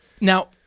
Now